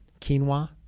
quinoa